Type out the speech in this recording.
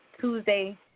Tuesday